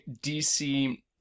DC